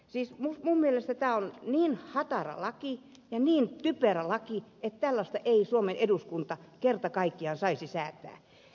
siis minun mielestäni tämä on niin hatara laki ja niin typerä laki että tällaista ei suomen eduskunta kerta kaikkiaan saisi säätää